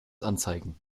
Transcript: anzeigen